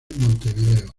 montevideo